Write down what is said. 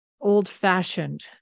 old-fashioned